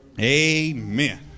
Amen